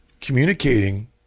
communicating